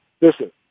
listen